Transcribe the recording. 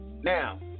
Now